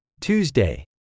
Tuesday